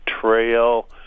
Trail